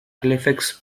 halifax